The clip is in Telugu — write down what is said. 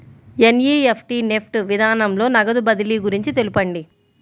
ఎన్.ఈ.ఎఫ్.టీ నెఫ్ట్ విధానంలో నగదు బదిలీ గురించి తెలుపండి?